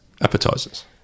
Appetizers